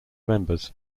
members